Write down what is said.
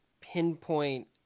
pinpoint